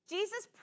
Jesus